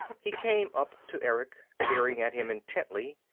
he came up to erick, peering at him intently,